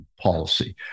policy